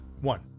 one